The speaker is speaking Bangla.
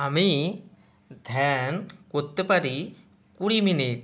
আমি ধ্যান করতে পারি কুড়ি মিনিট